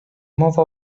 mowa